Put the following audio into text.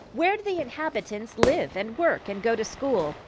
where do the inhabitants live and work and go to school?